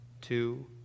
Two